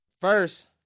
First